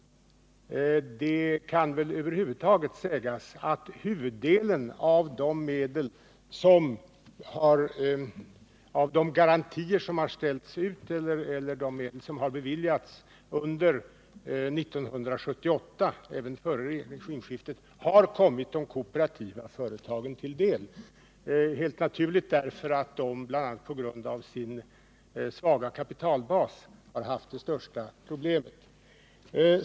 Det kan väl över huvud taget sägas att huvuddelen av de garantier som har ställts ut eller de medel som har beviljats under 1978 — även före regeringsskiftet — har kommit de kooperativa företagen till del, helt naturligt därför att de, bl.a. på grund av sin svaga kapitalbas, har haft de största problemen.